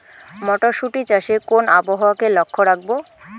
মটরশুটি চাষে কোন আবহাওয়াকে লক্ষ্য রাখবো?